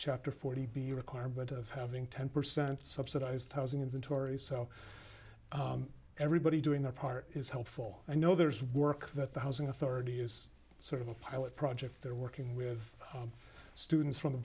chapter forty b requirement of having ten percent subsidized housing inventory so everybody doing their part is helpful i know there's work that the housing authority is sort of a pilot project they're working with students from the